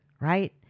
right